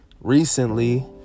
recently